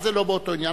מה זה לא באותו עניין?